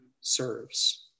serves